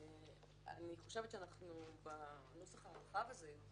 אני חושבת שבנוסח הרחב יותר הזה אנחנו